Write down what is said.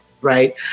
right